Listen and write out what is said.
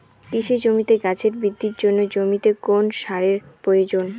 কৃষি জমিতে গাছের বৃদ্ধির জন্য জমিতে কোন সারের প্রয়োজন?